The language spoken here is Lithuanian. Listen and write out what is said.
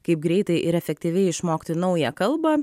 kaip greitai ir efektyviai išmokti naują kalbą